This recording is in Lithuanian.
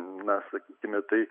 na sakykime tai